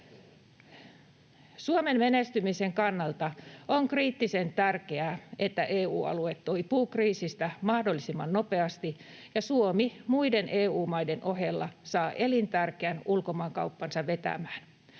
Suomen menestymisen kannalta on kriittisen tärkeää, että EU-alue toipuu kriisistä mahdollisimman nopeasti ja Suomi muiden EU-maiden ohella saa elintärkeän ulkomaankauppansa vetämään.